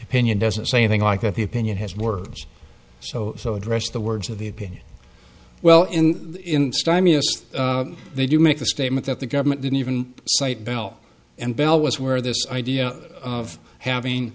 opinion doesn't say a thing like that the opinion has more so so addressed the words of the opinion well in in stymie they do make the statement that the government didn't even cite bell and bell was where this idea of having